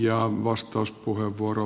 arvoisa puhemies